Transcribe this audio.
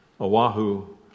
Oahu